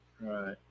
right